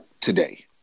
today